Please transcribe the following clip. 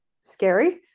scary